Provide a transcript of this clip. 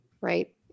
right